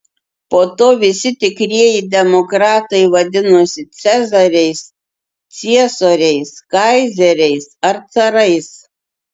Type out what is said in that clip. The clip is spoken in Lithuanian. po to visi tikrieji demokratai vadinosi cezariais ciesoriais kaizeriais ar carais